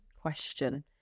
question